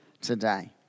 today